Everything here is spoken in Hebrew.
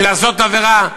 מלעשות עבירה,